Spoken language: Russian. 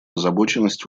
озабоченность